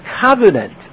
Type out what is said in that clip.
covenant